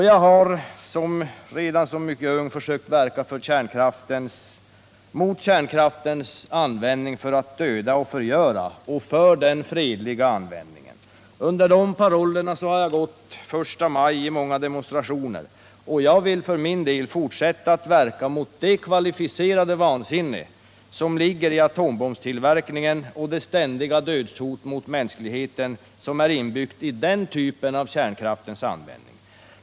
Jag har redan som mycket ung försökt verka mot kärnkraftens användning för att döda och förgöra och för dess fredliga användning. Under de parollerna har jag gått i många förstamajdemonstrationer, och jag vill för min del fortsätta att verka mot det kvalificerade vansinne som ligger i atombombstillverkningen och det ständiga dödshot mot mänskligheten som är inbyggt i den typen av kärnkraftens användning.